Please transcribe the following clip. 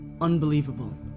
unbelievable